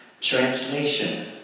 Translation